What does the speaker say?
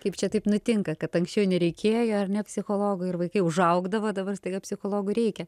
kaip čia taip nutinka kad anksčiau nereikėjo ar ne psichologų ir vaikai užaugdavo dabar staiga psichologų reikia